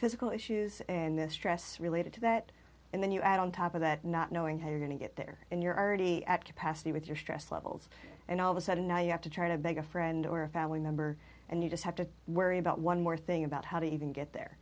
physical issues and the stress related to that and then you add on top of that not knowing how you're going to get there and your are already at capacity with your stress levels and all of a sudden now you have to try to beg a friend or a family member and you just have to worry about one more thing about how to even get there